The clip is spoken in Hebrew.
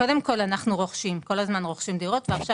קודם כל אנחנו כל הזמן רוכשים דירות ועכשיו